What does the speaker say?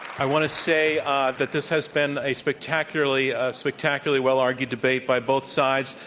i want to say ah that this has been a spectacularly ah spectacularly well-argued debate by both sides.